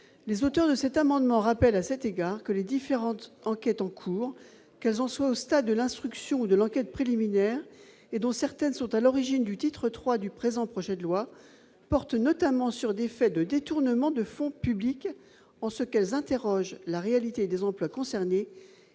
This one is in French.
Les auteurs de cet amendement rappellent à cet égard que les différentes enquêtes en cours, qu'elles en soient au stade de l'instruction ou de l'enquête préliminaire, et dont certaines sont à l'origine du titre III du présent projet de loi, portent notamment sur des faits de « détournements de fonds publics » en ce qu'elles interrogent la réalité des emplois concernés,